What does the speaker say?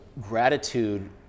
gratitude